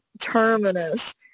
terminus